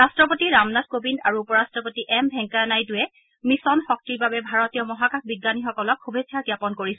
ৰাট্টপতি ৰামনাথ কোবিন্দ আৰু উপ ৰট্টপতি এম ভেংকায়া নাইডুৱে মিছন শক্তিৰ বাবে ভাৰতীয় মহাকাশ বিজ্ঞানীসকলক শুভেছা জ্ঞাপন কৰিছে